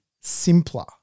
simpler